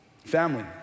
Family